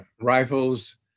rifles